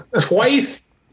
Twice